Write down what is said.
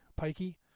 Pikey